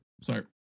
Sorry